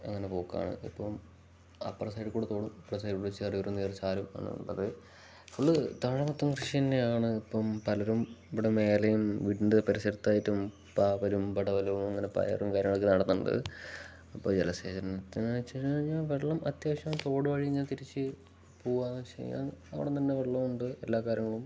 അങ്ങനെ പോക്കാണ് ഇപ്പം അപ്പുറം സൈഡ് കൂടെ തോടും ഇപ്പുറം സൈഡ് കൂടെ ചെറിയൊരു നേർ ചാലും ആണുള്ളത് ഫുള് താഴെ മൊത്തം കൃഷി തന്നെയാണ് ഇപ്പം പലരും ഇവിടെ മേലെയും വീടിൻ്റെ പരിസരത്തായിട്ടും പാവലും പടവലവും അങ്ങനെ പയറും കാര്യങ്ങളൊക്കെ നടക്കുന്നുണ്ട് അപ്പം ജലസേചനത്തിന് വെച്ച് കഴിഞ്ഞാൽ കഴിഞ്ഞാൽ വെള്ളം അത്യാവശ്യം തോട് വഴി ഞാൻ തിരിച്ച് പോകുകാന്ന് വെച്ച് കഴിഞ്ഞാൽ അവിടെ തന്നെ വെള്ളവും ഉണ്ട് എല്ലാ കാര്യങ്ങളും